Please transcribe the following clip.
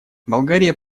болгария